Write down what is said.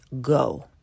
go